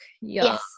Yes